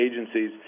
agencies